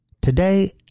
Today